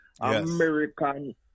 American